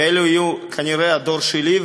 וזה יהיו כנראה הדור שלי,